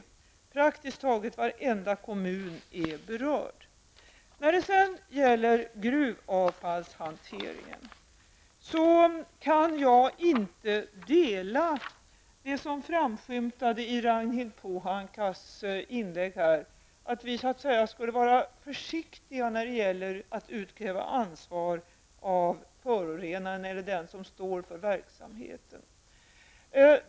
Praktiskt taget varenda kommun är berörd. När det gäller gruvavfallshanteringen kan jag inte dela det som framskymtade i Ragnhild Pohankas inlägg, att vi så att säga skulle vara försiktiga när det gäller att utkräva ansvar av förorenarna eller av den som står för verksamheten.